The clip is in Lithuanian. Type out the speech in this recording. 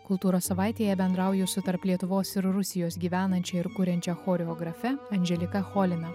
kultūros savaitėje bendrauju su tarp lietuvos ir rusijos gyvenančia ir kuriančia choreografe andželika cholina